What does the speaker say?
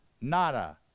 nada